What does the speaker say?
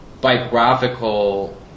biographical